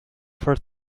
first